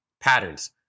patterns